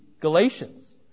Galatians